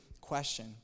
question